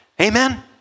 Amen